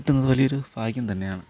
കിട്ടുന്നത് വലിയ ഒരു ഭാഗ്യം തന്നെയാണ്